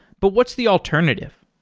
but what's the alternative?